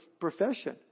profession